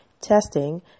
testing